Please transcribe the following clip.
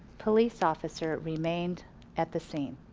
police officer remained at the scene.